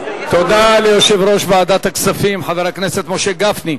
תודה ליושב-ראש ועדת הכספים, חבר הכנסת משה גפני.